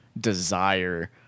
desire